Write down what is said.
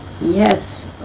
Yes